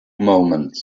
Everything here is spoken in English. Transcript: moments